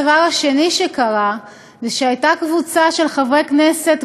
הדבר השני שקרה אז זה שהייתה קבוצה של חברי כנסת,